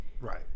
Right